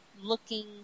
looking